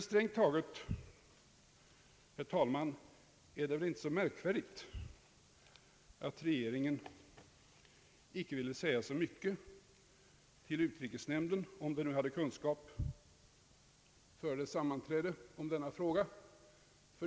Strängt taget, herr talman, är det väl inte så märkvärdigt, att regeringen inte vill säga så mycket till utrikesnämnden, om regeringen nu hade kunskaper om denna fråga före sammanträdet.